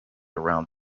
around